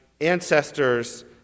ancestors